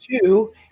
two